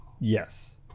Yes